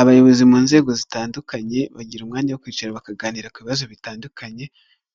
Abayobozi mu nzego zitandukanye bagira umwanya wo kwicara bakaganira ku bibazo bitandukanye,